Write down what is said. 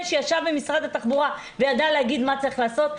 שישב במשרד התחבורה וידע להגיד מה צריך לעשות,